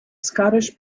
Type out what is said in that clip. scottish